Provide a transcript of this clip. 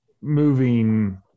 moving